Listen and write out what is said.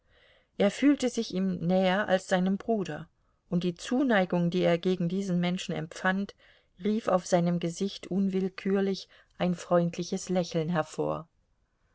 er fühlte sich ihm näher als seinem bruder und die zuneigung die er gegen diesen menschen empfand rief auf seinem gesicht unwillkürlich ein freundliches lächeln hervor